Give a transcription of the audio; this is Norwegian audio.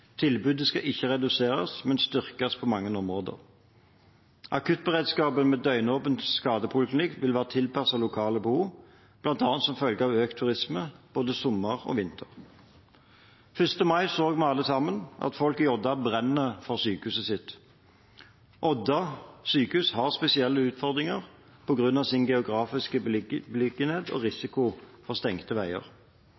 Tilbudet skal ikke reduseres, men styrkes på mange områder. Akuttberedskapen med døgnåpen skadepoliklinikk vil være tilpasset lokale behov, bl.a. som følge av økende turisme, både sommer og vinter. 1. mai så vi alle at folk i Odda brenner for sykehuset sitt. Odda sjukehus har spesielle utfordringer på grunn av sin geografiske beliggenhet og